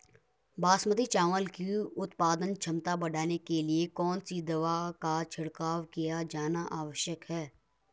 बासमती चावल की उत्पादन क्षमता बढ़ाने के लिए कौन सी दवा का छिड़काव किया जाना आवश्यक है?